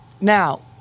Now